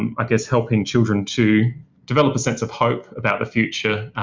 um i guess, helping children to develop a sense of hope about the future.